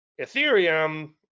Ethereum